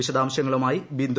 വിശദാംശങ്ങളുമായി ബിന്ദു